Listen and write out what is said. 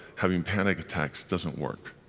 having panic attacks doesn't work.